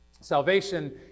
Salvation